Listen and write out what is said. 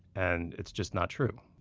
and it's just not true.